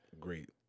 great